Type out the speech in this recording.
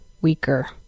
weaker